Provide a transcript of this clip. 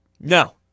No